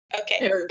Okay